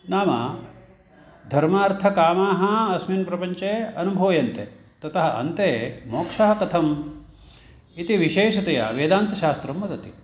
नाम धर्मार्थकामाः अस्मिन् प्रपञ्चे अनुभूयन्ते ततः अन्ते मोक्षः कथम् इति विशेषतया वेदान्तशास्त्रं वदति